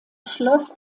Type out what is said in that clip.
schloss